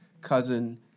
cousin